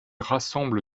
rassemble